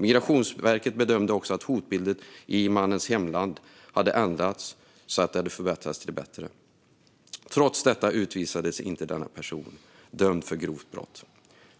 Migrationsverket bedömde också att hotbilden i mannens hemland hade förändrats till det bättre, men trots detta utvisades inte denna person, dömd för grovt brott.